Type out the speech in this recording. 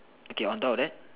okay on top of that